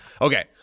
Okay